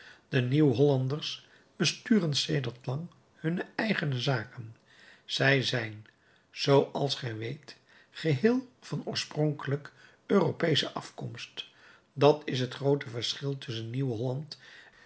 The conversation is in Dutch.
de nieuw hollanders besturen sedert lang hunne eigene zaken zij zijn zoo als gij weet geheel van oorspronkelijk europeesche afkomst dat is het groote verschil tusschen nieuw-holland